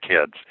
kids